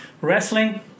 Wrestling